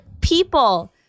people